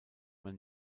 man